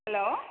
hello